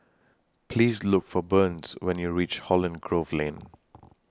Please Look For Burns when YOU REACH Holland Grove Lane